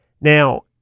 Now